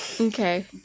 Okay